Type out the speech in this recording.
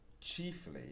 chiefly